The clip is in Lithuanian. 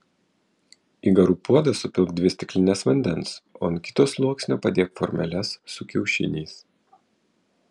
į garų puodą supilk dvi stiklines vandens o ant kito sluoksnio padėk formeles su kiaušiniais